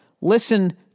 Listen